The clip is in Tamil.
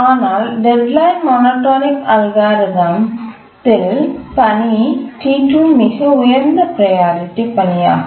ஆனால் டெட்லைன் மோனோடோனிக் அல்காரிதம் ல் பணி T2 மிக உயர்ந்த ப்ரையாரிட்டி பணியாகும்